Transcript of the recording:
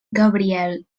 gabriel